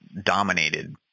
dominated